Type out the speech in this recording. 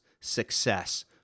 success